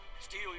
Steal